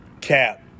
Cap